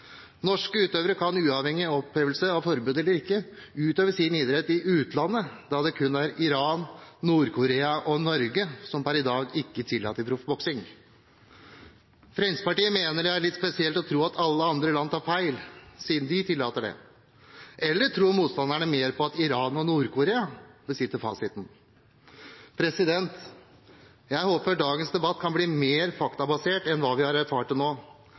Norske utøvere kan uavhengig av opphevelse av forbud eller ikke, utøve sin idrett i utlandet, da det kun er Iran, Nord-Korea og Norge som per i dag ikke tillater proffboksing. Fremskrittspartiet mener det er litt spesielt å tro at alle andre land tar feil, siden de tillater det. Eller tror motstanderne mer på at Iran og Nord-Korea besitter fasiten? Jeg håper dagens debatt kan bli mer faktabasert enn hva vi har erfart til nå.